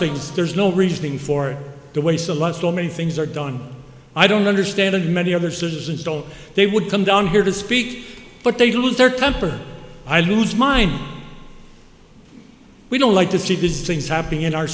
things there's no reason for to waste a lot so many things are done i don't understand and many other citizens don't they would come down here to speak but they lose their temper i lose mine we don't like to see this things happen in our